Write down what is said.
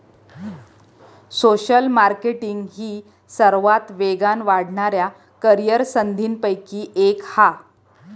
social marketing ही सर्वात वेगान वाढणाऱ्या करीअर संधींपैकी एक हा